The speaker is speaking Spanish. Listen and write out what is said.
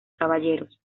caballeros